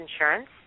insurance